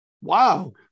Wow